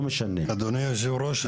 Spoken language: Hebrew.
אדוני היושב-ראש,